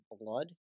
blood